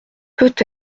peut